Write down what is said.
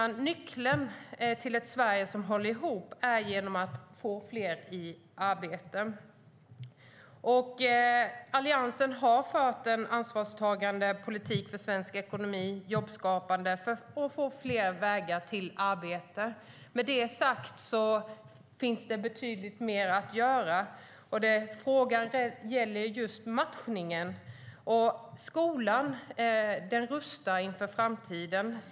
Nyckeln till ett Sverige som håller ihop är att fler får arbete. Alliansen har fört en ansvarsfull och jobbskapande politik för svensk ekonomi och för att få fler vägar till arbete. Med detta sagt finns det betydligt mer att göra. Frågan gäller just matchningen. Skolan rustar inför framtiden.